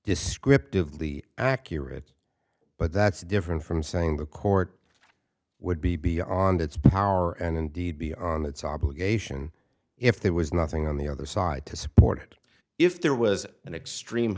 descriptively accurate but that's different from saying the court would be beyond its power and indeed be on its obligation if there was nothing on the other side to support if there was an extreme